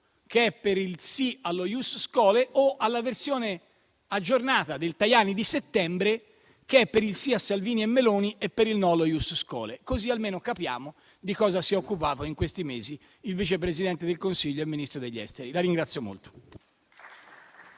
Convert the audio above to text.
che è per il sì allo *ius scholae*, o alla versione aggiornata del Tajani di settembre, che è per il sì a Salvini e Meloni e per il no allo *ius scholae*, così almeno capiamo di cosa si occupava in questi mesi il Vice Presidente del Consiglio e Ministro degli affari esteri.